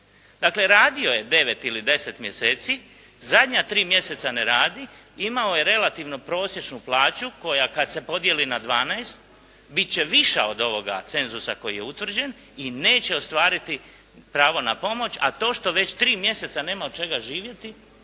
Dakle radio je 9 ili 10 mjeseci, zadnja tri mjeseca ne radi, imao je relativno prosječnu plaću koja kada se podijeli na 12 biti će viša od ovoga cenzusa koji je utvrđen i neće ostvariti pravo na pomoć, a to što već tri mjeseca nema od čega živjeti